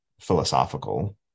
philosophical